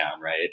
right